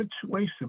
situation